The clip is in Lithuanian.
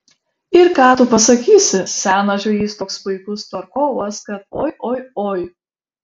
ir ką tu pasakysi senas žvejys toks puikus tvarkovas kad oi oi oi